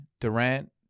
Durant